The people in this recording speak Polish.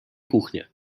kuchnie